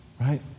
right